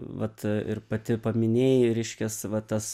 vat ir pati paminėjai reiškias va tas